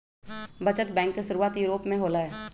बचत बैंक के शुरुआत यूरोप में होलय